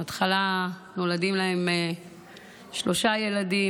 בהתחלה נולדים להם שלושה ילדים,